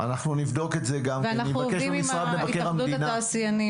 ואנחנו גם עובדים עם התאחדות התעשיינים